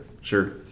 Sure